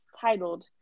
titled